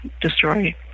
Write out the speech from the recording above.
destroy